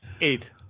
Eight